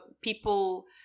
people